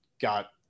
got